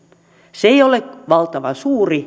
se ei ole valtavan suuri